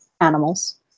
animals